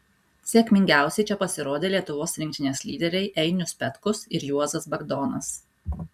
sėkmingiausiai čia pasirodė lietuvos rinktinės lyderiai einius petkus ir juozas bagdonas